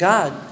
God